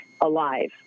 alive